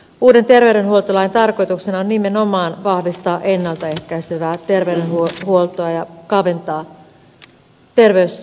uuden terveydenhuoltolain tarkoituksena on nimenomaan vahvistaa ennalta ehkäisevää terveydenhuoltoa ja kaventaa terveyseroja